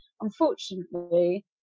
unfortunately